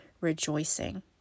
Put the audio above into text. rejoicing